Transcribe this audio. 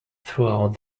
throughout